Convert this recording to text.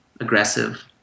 aggressive